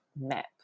map